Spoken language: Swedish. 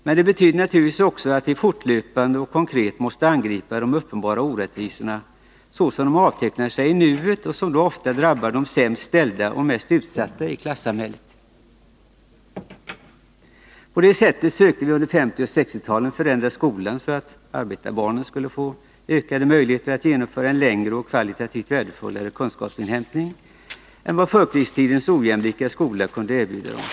Men det betyder naturligtvis också att vi fortlöpande och konkret måste angripa de uppenbara orättvisorna såsom dessa avtecknar sig i nuet och som då ofta drabbar de sämst ställda och mest utsatta i klassamhället. På det sättet sökte vi under 1950 och 1960-talen förändra skolan så att arbetarbarnen skulle få ökade möjligheter att genomföra en längre och kvalitativt värdefullare kunskapsinhämtning än vad förkrigstidens ojämlika skola kunde erbjuda dem.